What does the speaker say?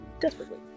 desperately